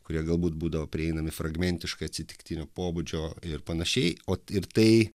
kurie galbūt būdavo prieinami fragmentiškai atsitiktinio pobūdžio ir panašiai o ir tai